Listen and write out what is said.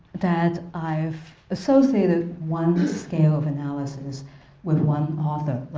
that i've associated one scale of analysis with one author.